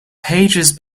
pages